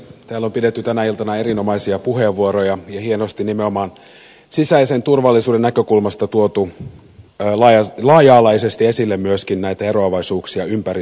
täällä on käytetty tänä iltana erinomaisia puheenvuoroja ja hienosti nimenomaan sisäisen turvallisuuden näkökulmasta tuotu laaja alaisesti esille myöskin näitä eroavaisuuksia ympäri suomea